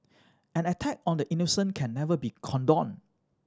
an attack on the innocent can never be condoned